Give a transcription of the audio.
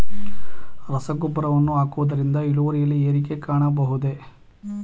ರಸಗೊಬ್ಬರವನ್ನು ಹಾಕುವುದರಿಂದ ಇಳುವರಿಯಲ್ಲಿ ಏರಿಕೆ ಕಾಣಬಹುದೇ?